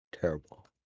terrible